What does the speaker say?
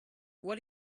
what